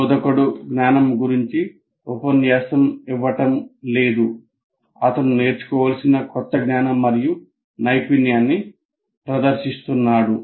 బోధకుడు జ్ఞానం గురించి ఉపన్యాసం ఇవ్వడం లేదు అతను నేర్చుకోవలసిన కొత్త జ్ఞానం మరియు నైపుణ్యాన్ని ప్రదర్శిస్తున్నాడు